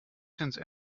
since